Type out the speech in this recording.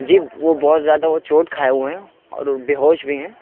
جی وہ بہت زیادہ وہ چوٹ کھائے ہوئے ہیں اور بے ہوش بھی ہیں